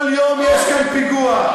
כל יום יש כאן פיגוע,